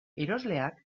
erosleak